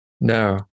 No